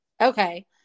Okay